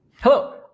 Hello